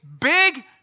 big